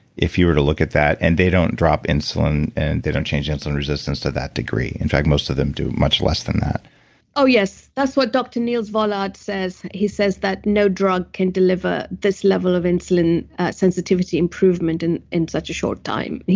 if you were to look at that, and they don't drop insulin and they don't change insulin resistance to that degree. in fact, most of them do much less than that yes. that's what dr. niels vollaard says. he says that no drug can deliver this level of insulin sensitivity improvement in in such a short time.